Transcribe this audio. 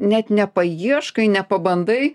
net nepaieškai nepabandai